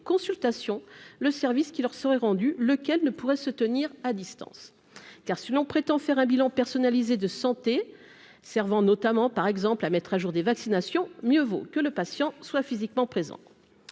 consultation le service qui leur serait rendue, lequel ne pourrait se tenir à distance, car si l'on prétend faire un bilan personnalisé de santé servant notamment par exemple à mettre à jour des vaccinations, mieux vaut que le patient soit physiquement présent